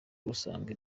usanga